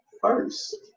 first